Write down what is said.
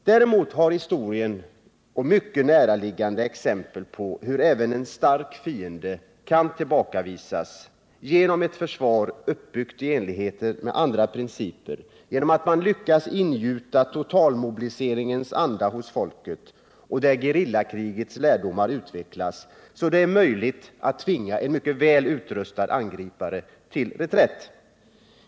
Däremot har vi i historien mycket näraliggande exempel på att även en stark fiende kan tillbakavisas genom ett försvar uppbyggt i enlighet med andra principer. Genom att man lyckas ingjuta totalmobiliseringens anda hos folket och genom att gerillakrigets lärdomar utvecklas är det möjligt att tvinga en mycket välutrustad angripare till reträtt.